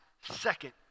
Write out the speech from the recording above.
second